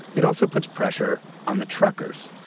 it also puts pressure on the truckers.